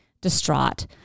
distraught